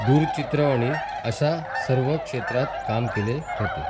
दूरचित्रवाणी अश्या सर्व क्षेत्रात काम केले होते